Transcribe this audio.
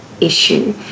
issue